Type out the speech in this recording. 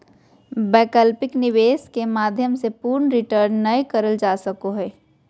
वैकल्पिक निवेश के माध्यम से पूर्ण रिटर्न नय करल जा सको हय